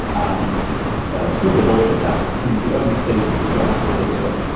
and ah keep evolving that in the early stages of your application,